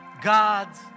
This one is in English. God's